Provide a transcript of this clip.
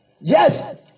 yes